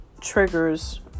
triggers